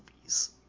movies